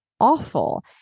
awful